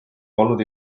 polnud